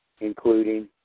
including